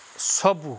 ସବୁ